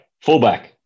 fullback